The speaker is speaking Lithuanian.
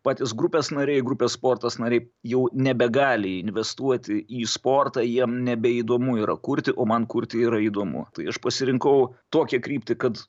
patys grupės nariai grupės sportas nariai jau nebegali investuoti į sportą jiem nebeįdomu yra kurti o man kurti yra įdomu tai aš pasirinkau tokią kryptį kad